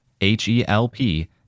H-E-L-P